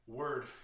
word